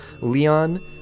Leon